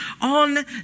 on